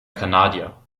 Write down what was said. kanadier